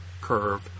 curve